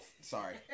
Sorry